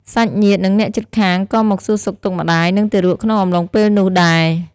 សាច់ញាតិ និងអ្នកជិតខាងក៏មកសួរសុខទុក្ខម្ដាយ និងទារកក្នុងអំឡុងពេលនោះដែរ។